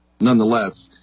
nonetheless